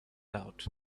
out